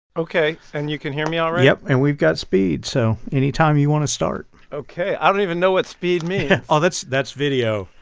ok. and you can hear me all right? yep. and we've got speed, so anytime you want to start ok. i don't even know what speed means oh, that's that's video.